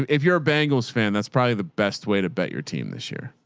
if you're a bangles fan, that's probably the best way to bet your team this year.